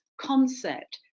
concept